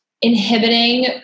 inhibiting